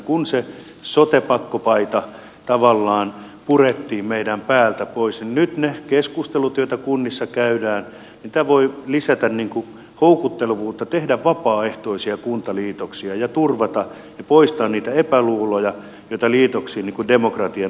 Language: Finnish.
kun se sote pakkopaita tavallaan purettiin meidän päältämme pois niin kun nyt kunnissa käydään keskusteluja tämä voi lisätä houkuttelevuutta tehdä vapaaehtoisia kuntaliitoksia ja turvata ja poistaa niitä epäluuloja joita liitoksiin demokratian osalta tulee